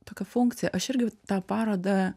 tokią funkciją aš irgi tą parodą